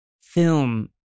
film